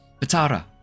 Batara